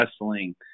wrestling